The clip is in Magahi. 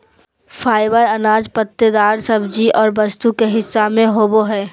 फाइबर अनाज, फल पत्तेदार सब्जी और वस्तु के हिस्सा में होबो हइ